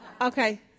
Okay